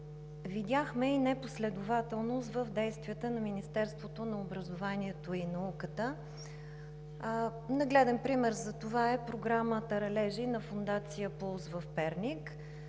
видяхме непоследователност в действията на Министерството на образованието и науката. Нагледен пример за това е Програма „Таралежи“ на Фондация „П.У.Л.С.“ в Перник.